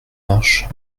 marches